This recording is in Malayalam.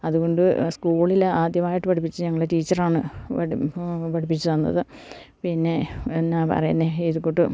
അതുകൊണ്ട് സ്കൂളില് ആദ്യമായിട്ട് പഠിപ്പിച്ചത് ഞങ്ങളുടെ ടീച്ചറാണ് പഠിപ്പിച്ചുതന്നത് പിന്നെ എന്താണ് പറയുന്നത് ഇതുപോലെ